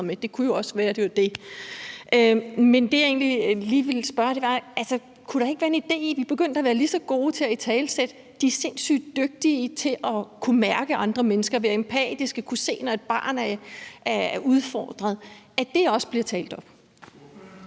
det, det handlede om. Men det, jeg egentlig lige ville spørge om, var: Kunne der ikke være en idé i, at vi begyndte at være lige så gode til at italesætte dem, der er sindssyg dygtige til at kunne mærke andre mennesker, være sympatiske og kunne se det, når et barn er udfordret, så det også blev talt op?